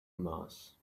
mass